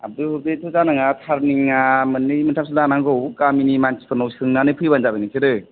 आरो थ बे थ जानाया टारनिं आ मोननै मोनथामसो लानांगौ गामिनि मानसिफोरनाव सोंनानै फैबानो जाबाय नोंसोरो